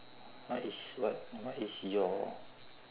what is what what is your